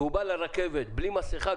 והוא בא לרכבת בלי מסיכה,